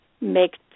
make